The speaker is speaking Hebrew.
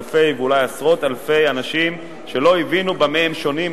אלפי ואולי עשרות אלפי אנשים שלא הבינו במה הם שונים,